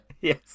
Yes